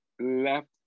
left